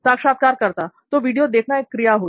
साक्षात्कारकर्ता तो वीडियो देखना एक क्रिया हुई